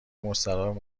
مستراح